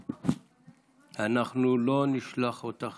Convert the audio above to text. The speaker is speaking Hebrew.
אנחנו לא נשלח אותך